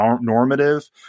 normative